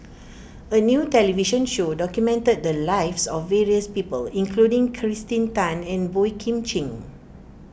a new television show documented the lives of various people including Kirsten Tan and Boey Kim Cheng